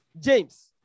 James